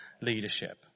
leadership